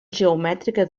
geomètrica